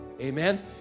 Amen